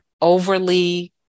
overly